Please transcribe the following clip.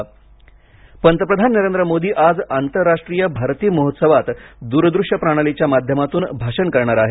भारती महोत्सव पंतप्रधान नरेंद्र मोदी आज आंतरराष्ट्रीय भारती महोत्सवात दूर दृश्य प्रणालीच्या माध्यमातून भाषण करणार आहेत